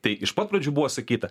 tai iš pat pradžių buvo sakyta